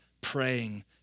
praying